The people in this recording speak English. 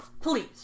please